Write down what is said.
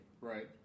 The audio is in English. Right